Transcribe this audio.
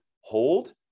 hold